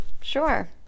Sure